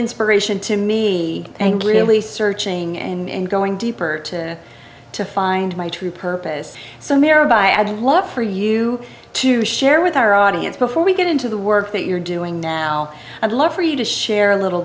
inspiration to me and really searching and going deeper to to find my true purpose so mirrored by i'd love for you to share with our audience before we get into the work that you're doing now i'd love for you to share a little